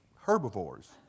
herbivores